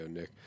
Nick